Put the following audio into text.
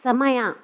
ಸಮಯ